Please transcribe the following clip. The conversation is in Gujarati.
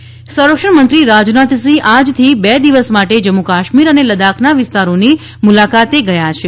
રાજનાથ મુલાકાત સંરક્ષણ મંત્રી રાજનાથ સિંહ આજથી બે દિવસ માટે જમ્મુ કાશ્મીર અને લદ્દાખના વિસ્તારોની મુલાકાતે ગયા છે